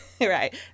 right